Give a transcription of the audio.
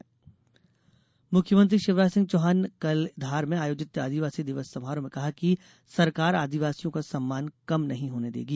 CM Dhar मुख्यमंत्री शिवराज सिंह चौहान ने कल धार में आयोजित आदिवासी दिवस समारोह में कहा कि सरकार आदिवासियों का सम्मान कम नहीं होने देगी